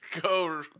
Go